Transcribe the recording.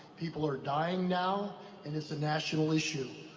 people are dying now and it's a national issue.